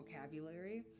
vocabulary